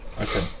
okay